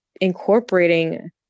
incorporating